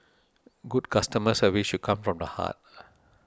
good customer service should come from the heart